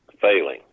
failing